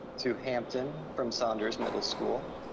to hampton from saunders middle school,